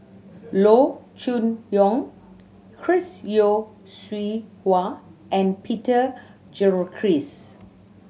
Loo Choon Yong Chris Yeo Siew Hua and Peter Gilchrist